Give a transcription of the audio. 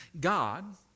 God